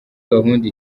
gahunda